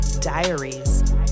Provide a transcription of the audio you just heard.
Diaries